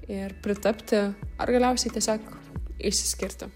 ir pritapti ar galiausiai tiesiog išsiskirti